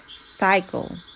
cycle